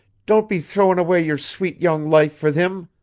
don't be throwin' away your sweet young life for thim.